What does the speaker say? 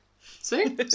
See